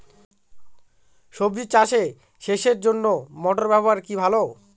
সবজি চাষে সেচের জন্য মোটর ব্যবহার কি ভালো?